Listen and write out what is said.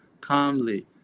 calmly